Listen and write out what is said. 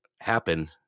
happen